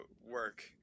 work